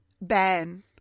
Ben